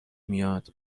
میاد